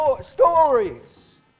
stories